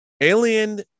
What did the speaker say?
Alien